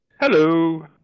Hello